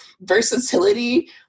versatility